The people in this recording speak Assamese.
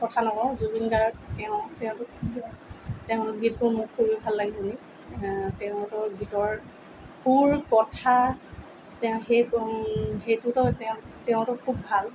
কথা নকওঁ জুবিন গাৰ্গ তেওঁ তেওঁতো তেওঁৰ গীতবোৰ মোৰ খুবেই ভাল লাগে শুনি তেওঁৰ গীতৰ সুৰ কথা তেওঁ সেই সেইটোতো তেওঁ তেওঁতো খুব ভাল